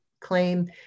claim